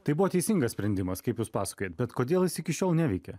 tai buvo teisingas sprendimas kaip jūs pasakojat bet kodėl jis iki šiol neveikia